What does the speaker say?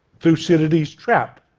thucydides's trap.